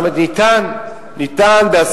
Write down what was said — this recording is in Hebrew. זאת אומרת אפשר בהסכמה,